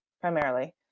primarily